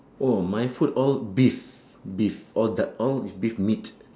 oh my food all beef beef all the all is beef meat